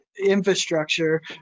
infrastructure